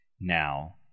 now